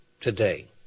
today